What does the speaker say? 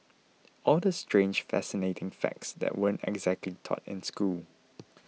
all the strange fascinating facts that weren't exactly taught in school